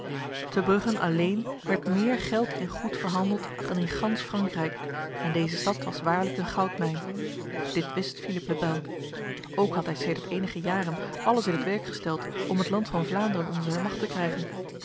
te brugge alleen werd meer geld en goed verhandeld dan in gans frankrijk en deze stad was waarlijk een goudmijn dit wist philippe le bel ook had hij sedert enige jaren alles in het werk gesteld om het land van vlaanderen onder zijn macht te krijgen